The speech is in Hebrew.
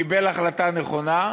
קיבל החלטה נכונה,